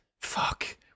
Fuck